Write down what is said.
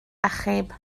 achub